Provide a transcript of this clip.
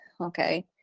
okay